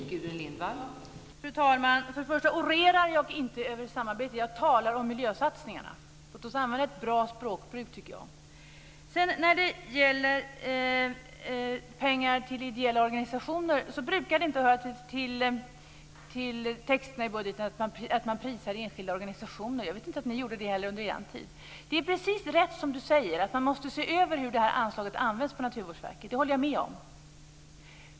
Fru talman! För det första orerar jag inte över samarbetet. Jag talar om miljösatsningarna. Låt oss använda ett bra språkbruk. När det för det andra gäller pengar till ideella organisation kan jag säga att man i texterna i budgeten inte brukar prisa enskilda organisationer. Jag vet inte heller att ni gjorde det under er tid. Det är precis rätt som Eskil Erlandsson säger, dvs. att man måste se över hur anslaget används på Naturvårdsverket. Det håller jag med om.